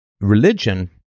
religion